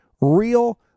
real